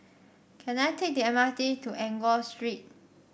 can I take the M R T to Enggor Street